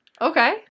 Okay